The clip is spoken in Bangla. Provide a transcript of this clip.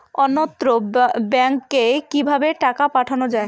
অন্যত্র ব্যংকে কিভাবে টাকা পাঠানো য়ায়?